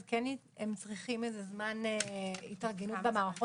כן הם צריכים איזה זמן התארגנות במערכות.